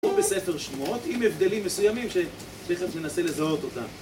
או בספר שמועות, עם הבדלים מסוימים, שתכף ננסה לזהות אותם.